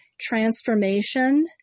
transformation